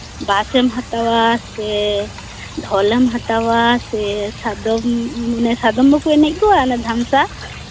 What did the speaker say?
ᱵᱟᱥᱮᱢ ᱦᱟᱛᱟᱣᱟ ᱥᱮ ᱰᱷᱚᱞᱮᱢ ᱦᱟᱛᱟᱣᱟ ᱥᱮ ᱥᱟᱫᱚᱢ ᱚᱱᱮ ᱥᱟᱫᱚᱢ ᱵᱟᱠᱚ ᱮᱱᱮᱡ ᱠᱚᱣᱟ ᱚᱱᱮ ᱫᱷᱟᱢᱥᱟ